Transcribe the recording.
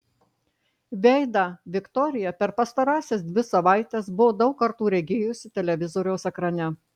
veidą viktorija per pastarąsias dvi savaites buvo daug kartų regėjusi televizoriaus ekrane